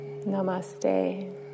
Namaste